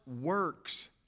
works